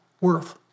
worth